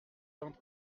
d’entre